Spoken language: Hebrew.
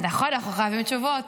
נכון, אנחנו חייבים תשובות.